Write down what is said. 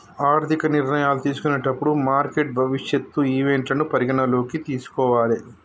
ఆర్థిక నిర్ణయాలు తీసుకునేటప్పుడు మార్కెట్ భవిష్యత్ ఈవెంట్లను పరిగణనలోకి తీసుకోవాలే